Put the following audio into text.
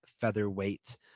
featherweight